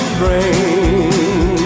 brain